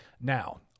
Now